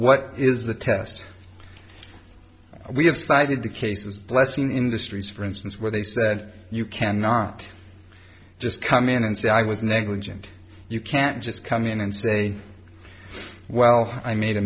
what is the test we have cited the cases blessing industries for instance where they said you cannot just come in and say i was negligent you can't just come in and say well i made a